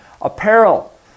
Apparel